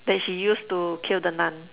that she used to kill the Nun